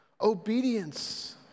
Obedience